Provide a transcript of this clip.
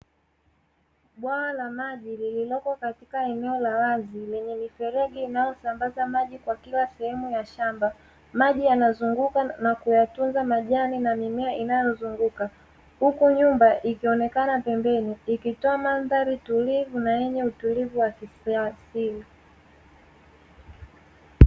Bwawa la maji lililoko katika eneo la wazi lenye mfereji yanatosambaza maji katika sehemu ya shamba, maji yanazunguka na kuyatunza majani na mimea inayozunguka, huku nyumba ikionekana pembeni ikitoa mandhari tulivu na yenye utulivu wa kiasili.